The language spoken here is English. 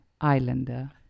Islander